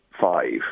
five